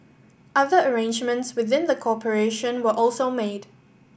other arrangements within the corporation were also made